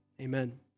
Amen